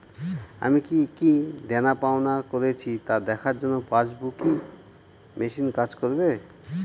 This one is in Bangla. আমি কি কি দেনাপাওনা করেছি তা দেখার জন্য পাসবুক ই মেশিন কাজ করবে?